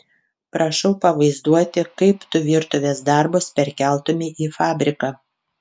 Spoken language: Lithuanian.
prašau pavaizduoti kaip tu virtuvės darbus perkeltumei į fabriką